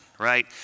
Right